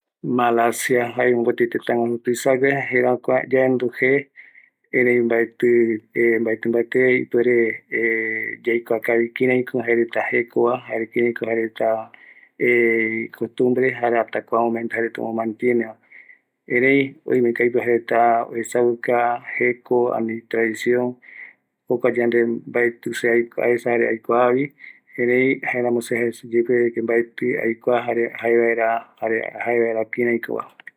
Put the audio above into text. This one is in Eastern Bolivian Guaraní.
Malasia pegua retako jaema guɨnoi malayano jaeko china india ndie ma oyea retano ereiko jae multiculturale reta opa oyoavɨavɨ reta ariraya jere año nuevope jareta jukurai oimevi idanza reta, jembiu reta erei kuareta jukurai jeko